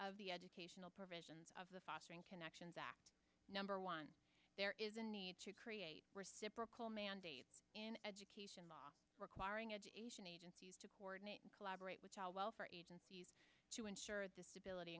of the educational provision of the fostering connections number one there is a need to create reciprocal mandates in education law requiring education agencies to coordinate collaborate with child welfare agencies to ensure the stability